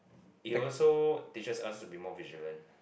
it also teaches us to be more vigilant